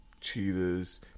cheetahs